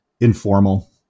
informal